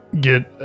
get